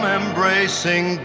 embracing